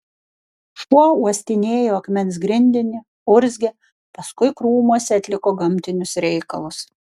šuo uostinėjo akmens grindinį urzgė paskui krūmuose atliko gamtinius reikalus